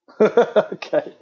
okay